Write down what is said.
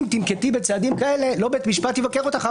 אם תנקטי בצעדים כאלה לא בית המשפט יבקר אותך,